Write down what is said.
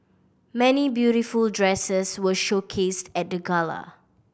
many beautiful dresses were showcased at the gala